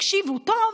תקשיבו טוב,